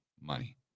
money